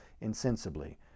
insensibly